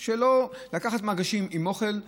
לא לקחת מגשים עם אוכל טרי,